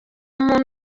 muntu